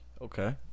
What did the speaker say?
Okay